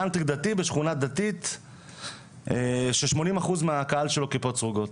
קאנטרי דתי בשכונה דתית ש-80% מהקהל שלו כיפות סרוגות.